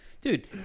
Dude